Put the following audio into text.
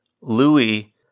Louis